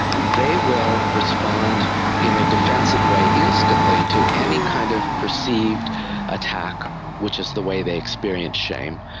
ah they will respond in a defensive way instantly to any kind of perceived attack, which is the way they experience shame,